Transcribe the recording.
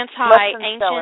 anti-ancient